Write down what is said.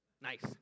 Nice